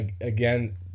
Again